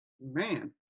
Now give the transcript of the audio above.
Man